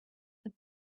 that